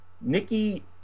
Nikki